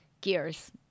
gears